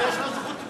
אבל יש לו זכות תגובה.